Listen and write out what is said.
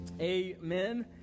Amen